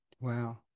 Wow